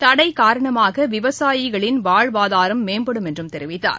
தடை காரணமாக விவசாயிகளின் வாழ்வாதாரம் மேம்படும் என்றும் தெரிவித்தார்